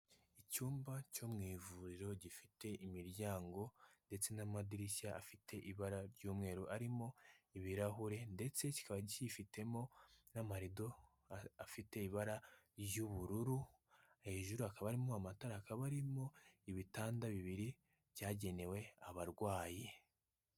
Icyumba cyo mu ivuriro gifite imiryango ndetse n'amadirishya afite ibara ry'umweru arimo ibirahure ndetse kikaba kifitemo n'amarido afite ibara ry'ubururu, hejuru akaba harimo amatara hakaba harimo ibitanda bibiri byagenewe abarwayi.